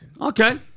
Okay